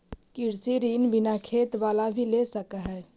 कृषि ऋण बिना खेत बाला भी ले सक है?